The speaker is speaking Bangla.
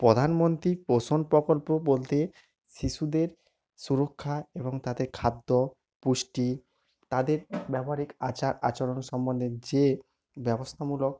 প্রধানমন্ত্রী পোষণ প্রকল্প বলতে শিশুদের সুরক্ষা এবং তাদের খাদ্য পুষ্টি তাদের ব্যবহারিক আচার আচরণ সম্বন্ধে যে ব্যবস্থামূলক